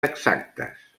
exactes